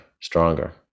stronger